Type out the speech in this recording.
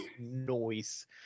Noise